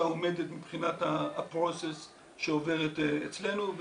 עומדת מבחינת הטיפול שהיא עוברת אצלנו.